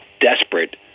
desperate